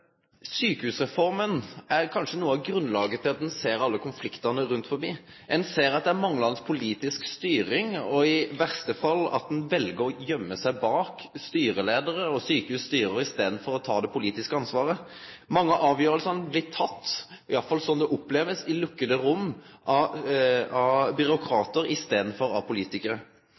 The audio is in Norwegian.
sjukehusreforma er kanskje noko av grunnlaget for alle konfliktane ein ser rundt omkring. Ein ser at det er manglande politisk styring, i verste fall at ein vel å gøyme seg bak styreleiarar og sjukehusstyre i staden for å ta det politiske ansvaret. Mange av avgjerslene blir tekne – sånn opplever ein det i alle fall – i lukka rom, av byråkratar i staden for av politikarar.